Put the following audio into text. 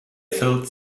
filled